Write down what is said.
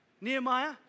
Nehemiah